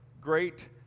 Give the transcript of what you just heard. great